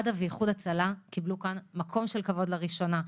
מד"א ואיחוד הצלה קיבלו כאן מקום של כבוד לראשונה.